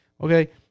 okay